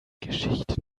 geschichte